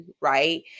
right